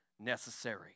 necessary